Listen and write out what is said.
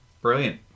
Brilliant